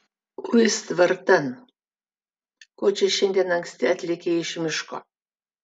uis tvartan ko čia šiandien anksti atlėkei iš miško